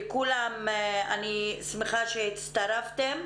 אני שמחה שהצטרפתם.